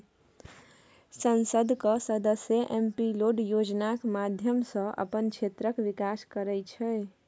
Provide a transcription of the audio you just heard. संसदक सदस्य MP LAD योजनाक माध्यमसँ अपन क्षेत्रक बिकास करय छै